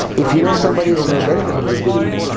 if you know somebody who may benefit from this video,